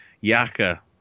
Yaka